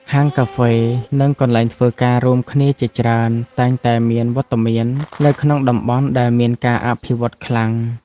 ហាងកាហ្វេ និងកន្លែងធ្វើការរួមគ្នាជាច្រើន តែងតែមានវត្តមាននៅក្នុងតំបន់ដែលមានការអភិវឌ្ឍខ្លាំង។